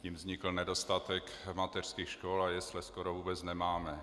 Tím vznikl nedostatek mateřských škol a jesle skoro vůbec nemáme.